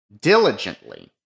diligently